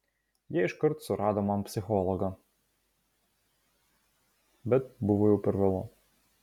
jie iškart surado man psichologą bet buvo jau per vėlu